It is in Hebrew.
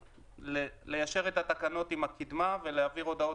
ליישר את התקנות עם הקדמה ולהעביר הודעות